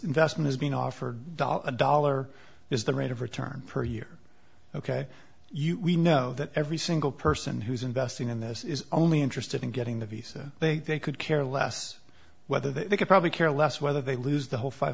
investment is being offered doll a dollar is the rate of return per year ok you we know that every single person who's investing in this is only interested in getting the visa they could care less whether they could probably care less whether they lose the whole five